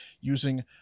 using